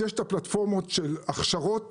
יש פלטפורמות של הכשרות